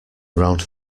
around